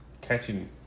catching